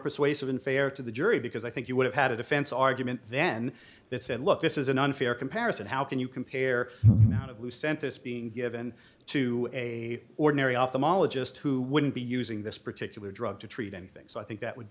persuasive unfair to the jury because i think you would have had a defense argument then that said look this is an unfair comparison how can you compare who sent this being given to a ordinary off them ologist who wouldn't be using this particular drug to treat anything so i think that would